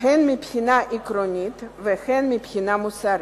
הן מבחינה עקרונית והן מבחינה מוסרית.